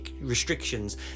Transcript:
restrictions